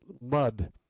mud